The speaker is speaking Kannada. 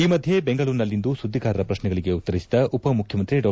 ಈ ಮಧ್ಯೆ ಬೆಂಗಳೂರಿನಲ್ಲಿಂದು ಸುದ್ದಿಗಾರರ ಪ್ರಶ್ನೆಗಳಿಗೆ ಉತ್ತರಿಸಿದ ಉಪಮುಖ್ಯಮಂತ್ರಿ ಡಾ